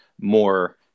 more